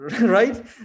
right